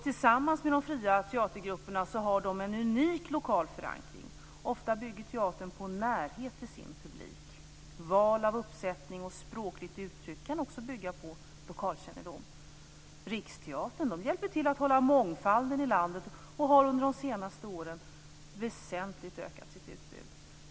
Tillsammans med de fria teatergrupperna har de en unik lokal förankring. Ofta bygger teatern på närhet till sin publik. Val av uppsättning och språkligt uttryck kan också bygga på lokalkännedom. Riksteatern hjälper till att hålla mångfalden i landet vid liv och har under de senaste åren väsentligt ökat sitt utbud.